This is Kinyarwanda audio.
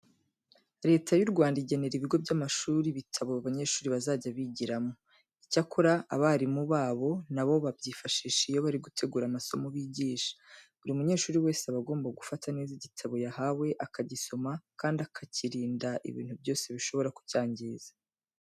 Leta y'u Rwanda igenera ibigo by'amashuri ibitabo abanyeshuri bazajya bigiramo. Icyakora, abarimu babo na bo babyifashisha iyo bari gutegura amasomo bigisha. Buri munyeshuri wese aba agomba gufata neza igitabo yahawe, akagisoma, kandi akakirinda ibintu byose bishobora kucyangiza.